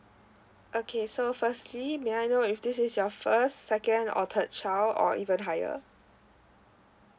okay so firstly may I know if this is your first second or third child or even higher